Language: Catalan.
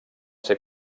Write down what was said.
ser